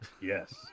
Yes